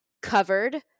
covered